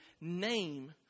name